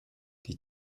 die